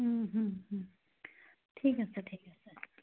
ঠিক আছে ঠিক আছে